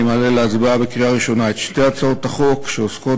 אני מעלה להצבעה בקריאה ראשונה את שתי הצעות החוק שעוסקות